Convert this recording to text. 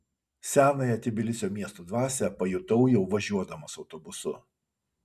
senąją tbilisio miesto dvasią pajutau jau važiuodamas autobusu